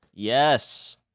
Yes